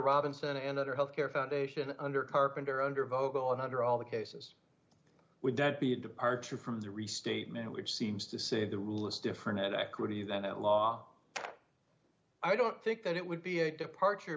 robinson and other health care foundation under carpenter under vogel and under all the cases would that be a departure from the restatement which seems to say the rule is different at equity than at law i don't think that it would be a departure